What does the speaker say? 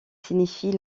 signifie